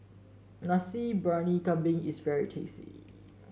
Nasi Briyani Kambing is very tasty